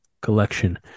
collection